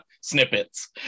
snippets